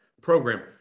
program